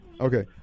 Okay